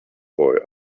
boy